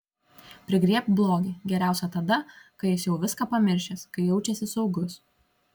prigriebk blogį geriausia tada kai jis jau viską pamiršęs kai jaučiasi saugus